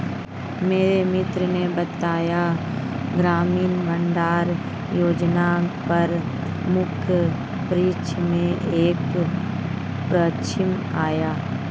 मेरे मित्र ने बताया ग्रामीण भंडारण योजना पर मुख्य परीक्षा में एक प्रश्न आया